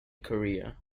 korea